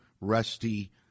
rusty